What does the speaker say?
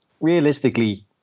realistically